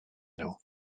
nhw